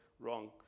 Wrong